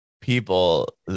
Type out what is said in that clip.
people